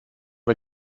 wir